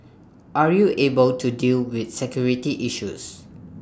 are you able to deal with security issues